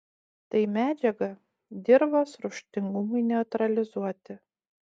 tai medžiaga dirvos rūgštingumui neutralizuoti